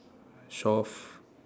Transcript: shore f~